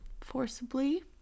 forcibly